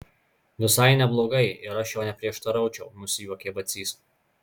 visai neblogai ir aš jau neprieštaraučiau nusijuokė vacys